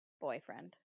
boyfriend